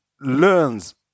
learns